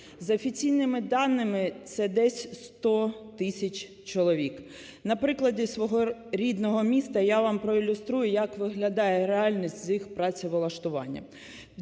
За офіційними даними, це десь 100 тисяч чоловік. На прикладі свого рідного міста я вам проілюструю як виглядає реальність з їх працевлаштуванням.